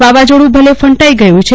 વાવાઝોડું ભલે ફંટાઈ ગયું છે